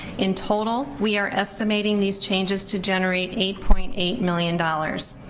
in total, we are estimating these changes to generate eight point eight million dollars.